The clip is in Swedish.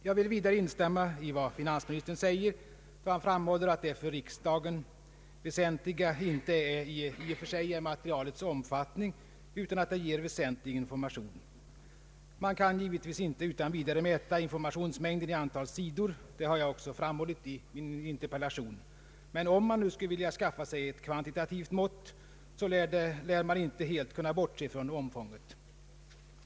Jag vill instämma i vad finansministern säger, då han framhåller att det för riksdagen väsentliga inte i och för sig är materialets omfång utan att det ger väsentlig information. Man kan givetvis inte utan vidare mäta informationsmängden i antal sidor — det har jag också framhållit i min interpellation — men om man nu skulle vilja skaffa sig ett kvantitativt mått, så lär man inte helt kunna bortse från omfånget.